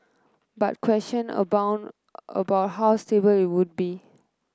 but question abound about how stable it would be